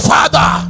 Father